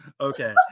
Okay